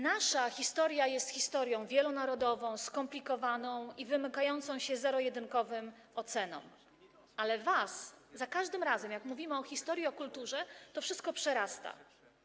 Nasza historia jest historią wielonarodową, skomplikowaną i wymykającą się zero-jedynkowym ocenom, ale was za każdym razem, jak mówimy o historii, o kulturze, to wszystko przerasta i przytłacza.